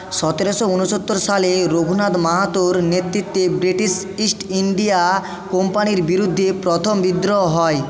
সতেরোশো উনসত্তর সালে রঘুনাথ মাহাতোর নেতৃত্বে ব্রিটিশ ইস্ট ইন্ডিয়া কোম্পানির বিরুদ্ধে প্রথম বিদ্রোহ হয়